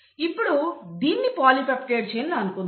ఇప్పుడు దీన్ని polypeptide chain అని అనుకుందాం